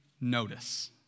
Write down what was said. notice